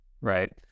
right